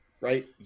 Right